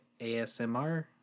ASMR